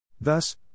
Thus